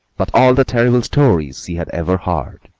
but all the terrible stories she had ever heard,